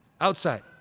Outside